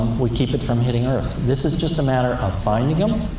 would keep it from hitting earth. this is just a matter of finding em,